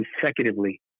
consecutively